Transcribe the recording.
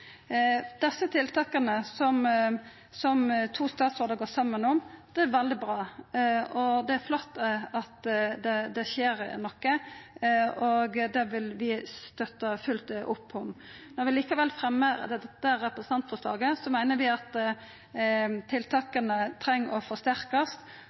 Desse tiltaka, som to statsrådar går saman om, er veldig bra. Det er flott at det skjer noko, og vi vil støtta fullt opp om dette. Når vi likevel fremjar dette representantforslaget, er det fordi vi meiner at tiltaka må forsterkast, og vi